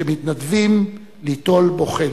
שמתנדבים ליטול בו חלק.